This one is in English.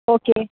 okay